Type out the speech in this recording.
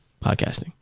podcasting